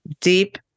deep